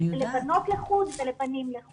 לבנות לחוד ולבנים לחוד.